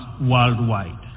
worldwide